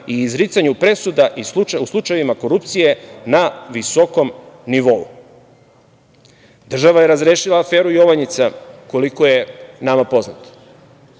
i izricanju presuda u slučajevima korupcije na viskom nivou. Država je razrešila aferu Jovanjica, koliko je nama poznato.